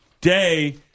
day